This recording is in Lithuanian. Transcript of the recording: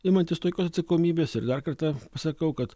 imantis tokios atsakomybės ir dar kartą sakau kad